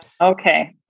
Okay